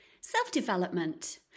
Self-development